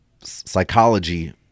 psychology